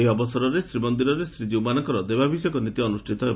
ଏହି ଅବସରରେ ଶ୍ରୀମନ୍ଦିରରେ ଶ୍ରୀଜୀଉମାନଙ୍ଙ ଦେବାଭିଷେକ ନୀତି ଅନୁଷ୍ଠିତ ହେବ